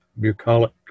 bucolic